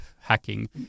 hacking